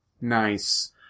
Nice